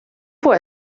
può